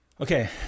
Okay